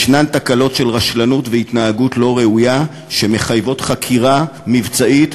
יש תקלות של רשלנות והתנהגות לא ראויה שמחייבות חקירה מבצעית,